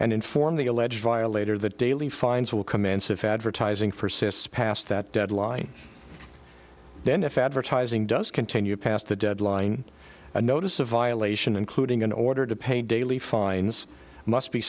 and inform the alleged violator that daily fines will commence of advertising for sis past that deadline then if advertising does continue past the deadline a notice a violation including an order to pay daily fines must be